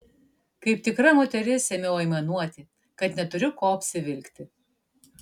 kaip tikra moteris ėmiau aimanuoti kad neturiu ko apsivilkti